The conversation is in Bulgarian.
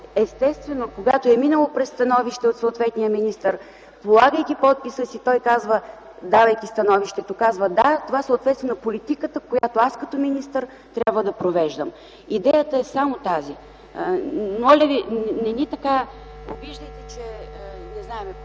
естествено, когато е минало през становище от съответния министър, полагайки подписа си, давайки становището си, той казва: „Да, това съответства на политиката, която аз като министър трябва да провеждам”. Идеята е само тази. Моля ви, не ни